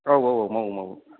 औ औऔ मावयो मावयो